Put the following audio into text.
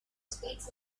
speaks